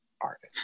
artist